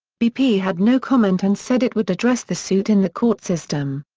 bp had no comment and said it would address the suit in the court system.